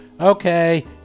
okay